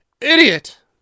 Idiot